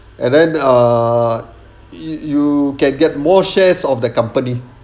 and then err you you can get more shares of the company